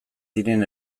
diren